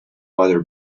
other